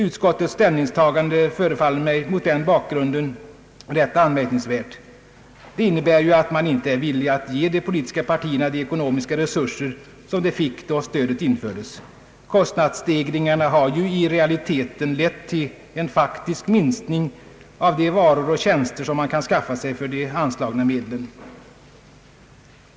Utskottets ställningstagande förefaller mig mot denna bakgrund rätt anmärkningsvärt. Det innebär ju, att man inte är villig att ge de politiska partierna samma ekonomiska resurser som de fick då stödet infördes. Kostnadsstegringarna har ju i realiteten lett till en faktisk minskning av de varor och tjänster som man kan skaffa sig för de anslagna medlen.